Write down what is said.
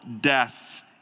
death